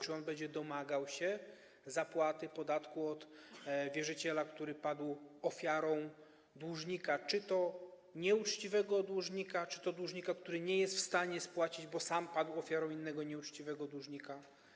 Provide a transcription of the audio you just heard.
Czy on będzie domagał się zapłaty podatku od wierzyciela, który padł ofiarą czy to nieuczciwego dłużnika, czy to dłużnika, który nie jest w stanie zapłacić, bo sam padł ofiarą innego nieuczciwego dłużnika?